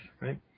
Right